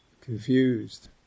confused